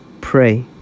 pray